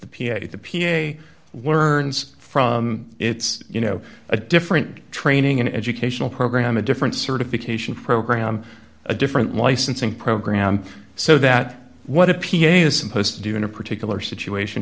a the p t a learns from it's you know a different training an educational program a different certification program a different licensing program so that what a p a is supposed to do in a particular situation